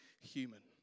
human